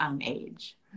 age